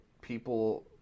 people